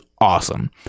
awesome